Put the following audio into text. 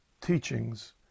teachings